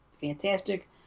fantastic